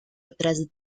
otras